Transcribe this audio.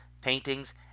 paintings